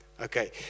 Okay